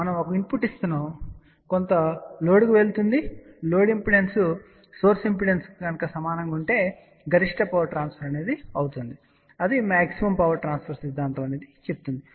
మనం ఒక ఇన్పుట్ ఇస్తున్నాము మరియు కొంత లోడ్కు వెళుతున్నామని చెప్పండి లోడ్ ఇంపిడెన్స్ సోర్స్ ఇంపిడెన్స్కు సమానంగా ఉంటే గరిష్ట పవర్ ట్రాన్స్ఫర్ అవుతుందని మ్యాగ్జిమమ్ పవర్ ట్రాన్స్ఫర్ సిద్ధాంతం చెబుతుంది